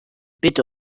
bit